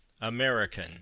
American